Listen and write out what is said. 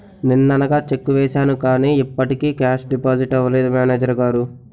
నిన్ననగా చెక్కు వేసాను కానీ ఇప్పటికి కేషు డిపాజిట్ అవలేదు మేనేజరు గారు